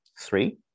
Three